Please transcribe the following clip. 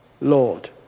Lord